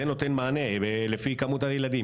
זה ייתן מענה לפי כמות הילדים.